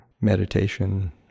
meditation